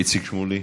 איציק שמולי.